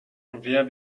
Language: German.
wer